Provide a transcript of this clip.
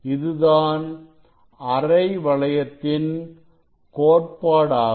இதுதான் அரை வளையத்தின் கோட்பாடாகும்